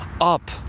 up